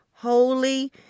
holy